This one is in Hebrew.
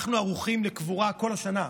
אנחנו ערוכים לקבורה כל השנה,